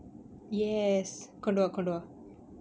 yes கொண்டுவா கொண்டுவா:konduvaa konduvaa